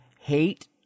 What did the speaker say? hate